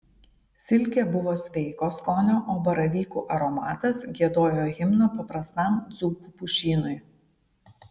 silkė buvo sveiko skonio o baravykų aromatas giedojo himną paprastam dzūkų pušynui